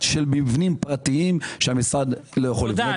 של מבנים פרטיים שהמשרד לא יכול- -- תודה.